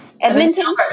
Edmonton